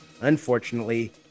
unfortunately